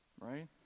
right